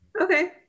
Okay